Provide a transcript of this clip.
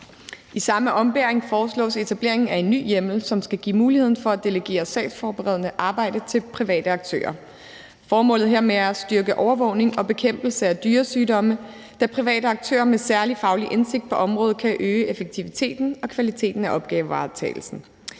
I samme ombæring foreslås etableringen af en ny hjemmel, som skal give muligheden for at delegere sagsforberedende arbejde til private aktører. Formålet hermed er at styrke overvågning og bekæmpelse af dyresygdomme, da private aktører med særlig faglig indsigt på området kan øge effektiviteten og kvaliteten af opgavevaretagelsen.